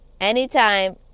Anytime